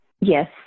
Yes